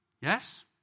Yes